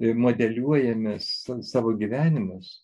modeliuojame sa savo gyvenimus